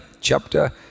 chapter